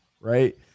right